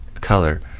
color